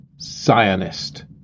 zionist